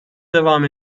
devam